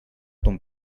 ton